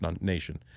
nation